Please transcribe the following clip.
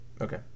Okay